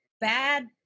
bad